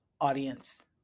audience